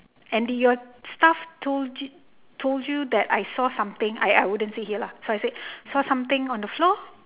and did your staff told you told you that I saw something I I wouldn't say here lah so I said saw something on the floor